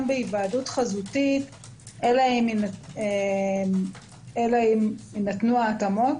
בהיוועדות חזותית אלא אם יינתנו ההתאמות